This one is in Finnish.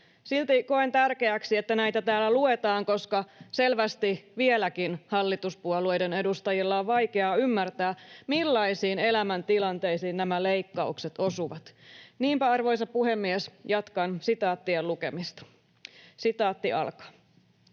Silti koen tärkeäksi, että näitä täällä luetaan, koska selvästi vieläkin hallituspuolueiden edustajien on vaikea ymmärtää, millaisiin elämäntilanteisiin nämä leikkaukset osuvat. Niinpä, arvoisa puhemies, jatkan sitaattien lukemista. ”Asun Hekan